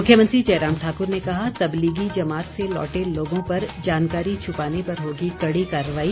मुख्यमंत्री जयराम ठाकुर ने कहा तबलीगी जमात से लौटे लोगों पर जानकारी छुपाने पर होगी कड़ी कार्रवाई